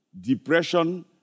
depression